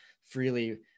freely